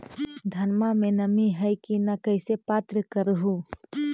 धनमा मे नमी है की न ई कैसे पात्र कर हू?